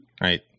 right